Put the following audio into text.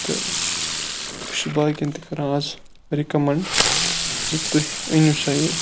تہٕ بہٕ چھُس باقیَن تہِ کَران اَز رِکَمنڈ زِ تُہۍ أنِو سا یہِ